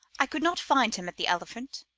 i could not find him at the elephant